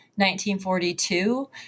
1942